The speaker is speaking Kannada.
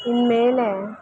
ಇನ್ಮೇಲೆ